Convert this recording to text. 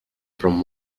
from